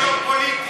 יום פוליטי.